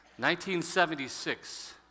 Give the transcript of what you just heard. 1976